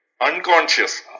Unconscious